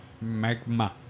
Magma